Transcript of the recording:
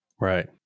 Right